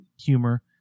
humor